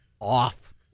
off